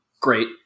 Great